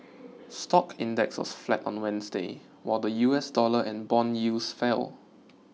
stock index was flat on Wednesday while the U S dollar and bond yields fell